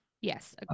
Yes